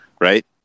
right